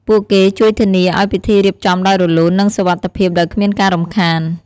ពួកគេជួយធានាឲ្យពិធីរៀបចំដោយរលូន និងសុវត្ថិភាព ដោយគ្មានការរំខាន។